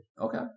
Okay